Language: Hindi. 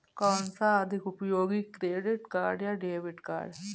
कौनसा अधिक उपयोगी क्रेडिट कार्ड या डेबिट कार्ड है?